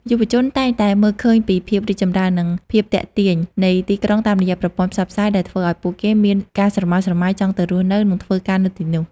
យុវជនតែងតែមើលឃើញពីភាពរីកចម្រើន និងភាពទាក់ទាញនៃទីក្រុងតាមរយៈប្រព័ន្ធផ្សព្វផ្សាយ ដែលធ្វើឲ្យពួកគេមានការស្រមើស្រមៃចង់ទៅរស់នៅ និងធ្វើការនៅទីនោះ។